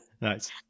nice